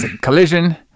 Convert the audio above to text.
Collision